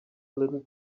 little